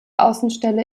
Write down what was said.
außenstelle